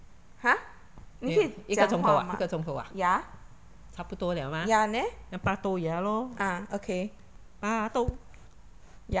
then 一个钟头啊一个钟头啊差不多了嘛要拔豆芽 lor 拔豆芽